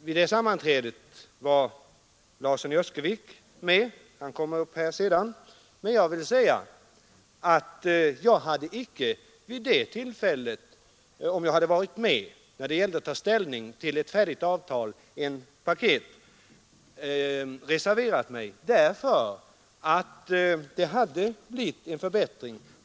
men herr Larsson i Öskevik var med, och han kommer upp här sedan. Jag vill emellertid säga att jag icke — om jag hade varit med vid det tillfället — när det gällde att ta ställning till ett färdigt avtalspaket hade reserverat mig. Förslaget innebar nämligen en förbättring.